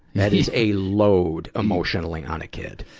that is a load emotionally on a kid.